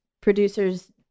producers